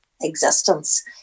existence